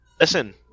listen